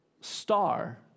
star